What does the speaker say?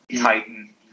titan